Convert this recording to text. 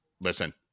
listen